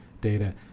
data